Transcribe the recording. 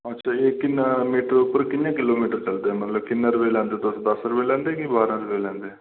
अच्छा एह् किने मिटर उप्पर किन्ने किलोमिटर चलदे ना मतलब किन्ने रपे लेंदे तुस दस रुपे लेंदे कि पदंरां रपे लैंदे